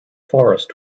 forest